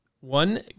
One